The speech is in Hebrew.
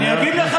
אני אגיד לך